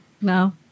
No